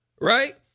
Right